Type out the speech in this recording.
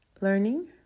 learning